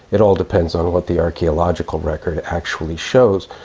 it all depends on what the archaeological record actually shows.